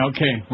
Okay